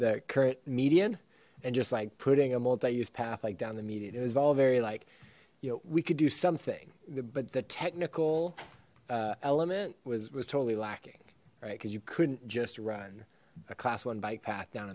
current median and just like putting a multi use path like down the median it was all very like you know we could do something but the technical uh element was was totally lacking right because you couldn't just run a class one bike path down